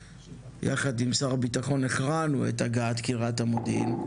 ויחד עם שר הבטחון הכרענו את הגעת קריית המודיעין.